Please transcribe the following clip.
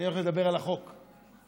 אני הולך לדבר על החוק הזה.